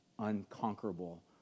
unconquerable